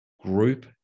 group